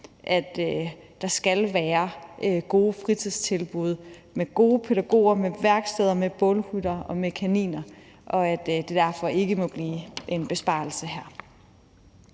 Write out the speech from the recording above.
at der skal være gode fritidstilbud med gode pædagoger, med værksteder, med bålhytter og med kaniner, og at det derfor ikke må blive en besparelse.